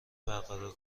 برقرار